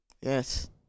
Yes